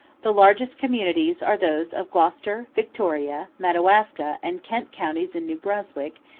the largest communities are those of gloucester, victoria, madawaska, and kent counties in new brunswick,